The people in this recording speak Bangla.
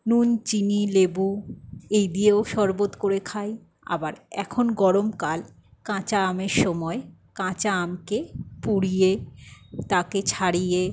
নুন চিনি লেবু এই দিয়েও শরবত করে খাই আবার এখন গরমকাল কাঁচা আমের সময় কাঁচা আমকে পুড়িয়ে তাকে ছাড়িয়ে